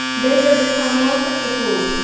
they will become more successful.